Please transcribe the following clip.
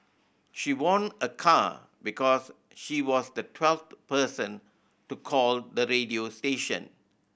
she won a car because she was the twelfth person to call the radio station